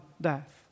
death